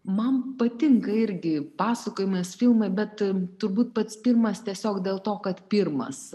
man patinka irgi pasakojimas filmai bet turbūt pats pirmas tiesiog dėl to kad pirmas